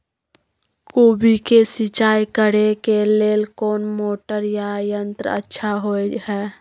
कोबी के सिंचाई करे के लेल कोन मोटर या यंत्र अच्छा होय है?